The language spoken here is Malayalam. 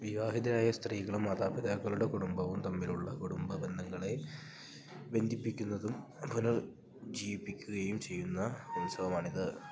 വിവാഹിതരായ സ്ത്രീകളും മാതാപിതാക്കളുടെ കുടുംബവും തമ്മിലുള്ള കുടുംബ ബന്ധങ്ങളെ ബന്ധിപ്പിക്കുന്നതും പുനർ ജീവിപ്പിക്കുകയും ചെയ്യുന്ന ഉത്സവമാണിത്